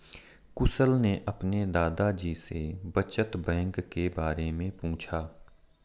कुशल ने अपने दादा जी से बचत बैंक के बारे में पूछा